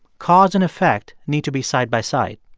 cause and effect need to be side by side.